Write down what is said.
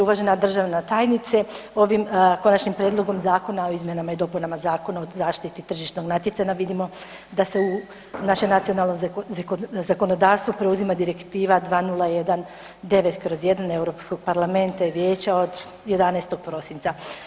Uvažena državna tajnice ovim Konačnim prijedlogom Zakona o izmjenama i dopunama Zakona o zaštiti tržišnog natjecanja vidimo da se u naše nacionalno zakonodavstvo preuzima Direktiva 2019/1 Europskog parlamenta i vijeća od 11. prosinca.